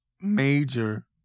major